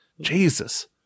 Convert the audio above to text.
Jesus